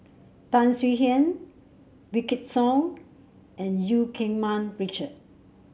Tan Swie Hian Wykidd Song and Eu Keng Mun Richard